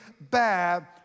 bad